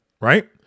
right